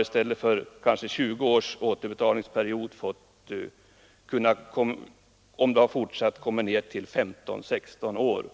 I stället för t.ex. 20 års återbetalningsperiod har den studerande kanske kunnat komma ned till en återbetalningsperiod på 15 eller 16 år. Detta